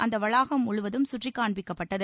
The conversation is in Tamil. அந்த வளாகம் முழுவதும் சுற்றி காண்பிக்கப்பட்டது